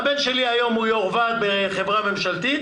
והבן שלי היום הוא יו"ר ועד בחברה ממשלתית,